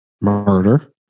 murder